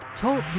TALK